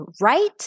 right